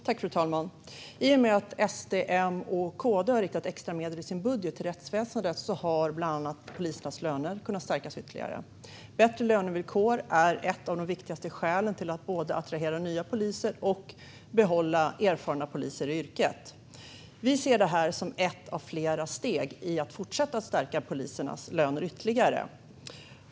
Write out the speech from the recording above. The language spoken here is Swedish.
Fru talman! I och med att SD, M och KD har riktat extra medel i sin budget till rättsväsendet har bland annat polisernas löner kunnat stärkas ytterligare. Bättre lönevillkor är ett av de viktigaste sätten att både attrahera nya poliser och behålla erfarna poliser i yrket. Vi ser det här som ett av flera steg i att fortsätta att stärka polisernas löner ytterligare.